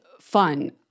fun